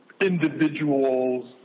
individuals